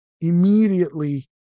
immediately